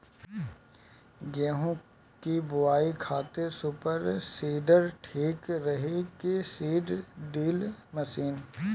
गेहूँ की बोआई खातिर सुपर सीडर ठीक रही की सीड ड्रिल मशीन?